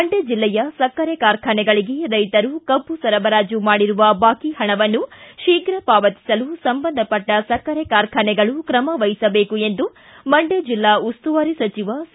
ಮಂಡ್ಯ ಜಿಲ್ಲೆಯ ಸಕ್ಕರ ಕಾರ್ಖಾನೆಗಳಿಗೆ ರೈತರು ಕಬ್ಬು ಸರಬರಾಜು ಮಾಡಿರುವ ಬಾಕಿ ಹಣವನ್ನು ಶೀಘ ಪಾವತಿಸಲು ಸಂಬಂಧಪಟ್ಟ ಸಕ್ಕರೆ ಕಾರ್ಖಾನೆಗಳು ಕ್ರಮವಹಿಸಬೇಕು ಎಂದು ಮಂಡ್ಕ ಜಿಲ್ಲಾ ಉಸ್ತುವಾರಿ ಸಚಿವ ಸಿ